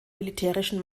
militärischen